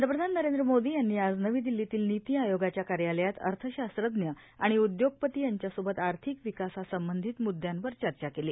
पंतप्रधान नरेंद्र मोदी यांनी आज नवी दिल्लीतील निती आयोगाच्या कार्यालयात अर्थशास्त्रज्ञ आणि उद्योगपती यांच्यासोबत आर्थिक विकासा संबंधित मुद्यांवर चर्चा केली